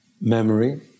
memory